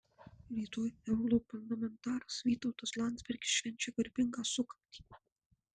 rytoj europarlamentaras vytautas landsbergis švenčia garbingą sukaktį